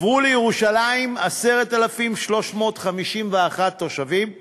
עברו לירושלים 10,351 תושבים חדשים,